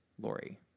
Lori